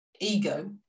Ego